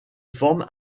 forme